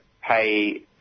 pay